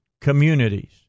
communities